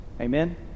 Amen